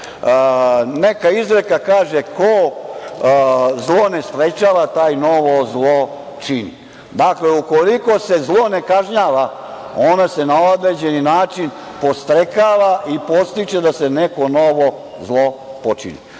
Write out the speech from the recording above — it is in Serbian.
neka izreka – ko zlo ne sprečava, taj novo zlo čini. Dakle, ukoliko se zlo ne kažnjava, ono se na određeni način podstrekava i podstiče da se neko novo zlo počini.